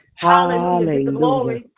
Hallelujah